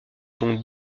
dont